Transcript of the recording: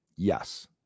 yes